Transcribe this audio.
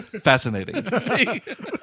Fascinating